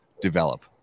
develop